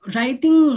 Writing